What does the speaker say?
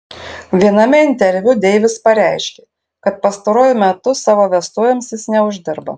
viename interviu deivis pareiškė kad pastaruoju metu savo vestuvėms jis neuždirba